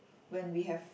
when we have